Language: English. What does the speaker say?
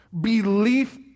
Belief